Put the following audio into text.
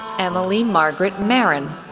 emily margaret marin,